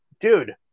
dude